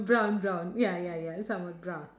brown brown ya ya ya somewhat brown